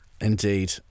Indeed